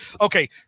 Okay